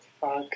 Fuck